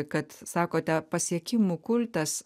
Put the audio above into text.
kad sakote pasiekimų kultas